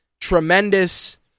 tremendous